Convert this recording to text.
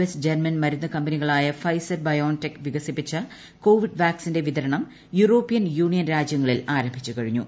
S German മരുന്നു കമ്പനികളായ Pfizer BioNTech വികസിപ്പിച്ച കോവിഡ് വാക്സിന്റെ വിതരണം യൂറോപ്യൻ യൂണിയൻ രാജ്യങ്ങളിൽ ആരംഭിച്ചു കഴിഞ്ഞു